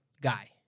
guy